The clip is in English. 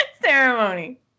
ceremony